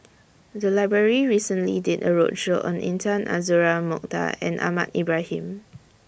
The Library recently did A roadshow on Intan Azura Mokhtar and Ahmad Ibrahim